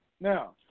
Now